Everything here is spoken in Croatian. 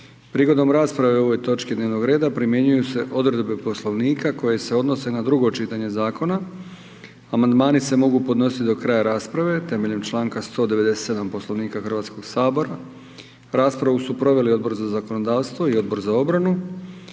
Prigodom rasprave o ovoj točki dnevnog reda primjenjuju se odredbe poslovnika koje se odnose na drugo čitanje zakona. Amandmani se mogu podnositi do kraja rasprave temeljem članka 197. Poslovnika Hrvatskoga sabora. Raspravu su proveli Odbor za zakonodavstvo i Odbor za obranu.